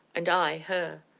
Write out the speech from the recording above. and i, her.